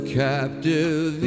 captive